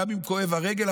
גם אם כואבת הרגל,